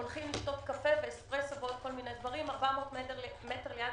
הולכים לשתות קפה 400 מטר ליד